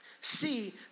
see